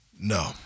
No